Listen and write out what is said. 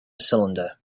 cylinder